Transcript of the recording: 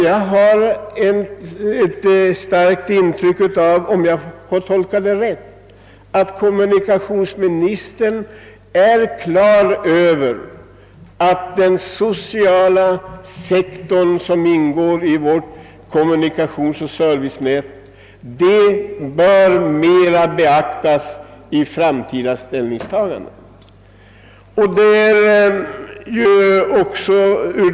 Jag har ett starkt intryck av att kommunikationsministern — om jag tolkat svaret rätt — är på det klara med att den sociala sektorn av vårt kommunikationsoch servicenät bör beaktas mera vid framtida ställningstaganden.